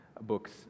books